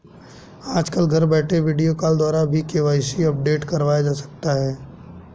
आजकल घर बैठे वीडियो कॉल द्वारा भी के.वाई.सी अपडेट करवाया जा सकता है